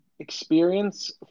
experience